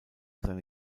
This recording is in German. seine